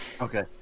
Okay